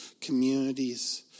communities